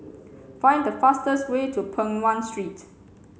find the fastest way to Peng Nguan Street